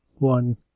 One